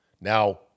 Now